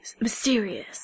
Mysterious